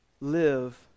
live